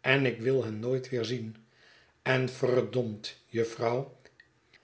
en ik wil hen nooit weerzien en verd juffrouw